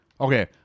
Okay